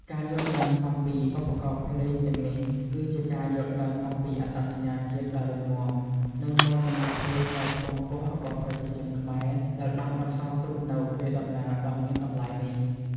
ការយល់ដឹងអំពីឧបករណ៍ភ្លេងទាំងនេះ គឺជាការយល់ដឹងអំពីអត្តសញ្ញាណជាតិដ៏រឹងមាំ និងមោទនភាពដ៏ខ្ពង់ខ្ពស់របស់ប្រជាជនខ្មែរ ដែលបានបន្សល់ទុកនូវកេរដំណែលដ៏មានតម្លៃនេះ។